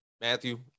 Matthew